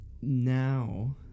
now